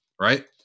right